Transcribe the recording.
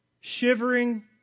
shivering